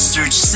Search